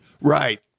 Right